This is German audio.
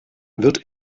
wird